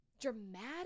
dramatic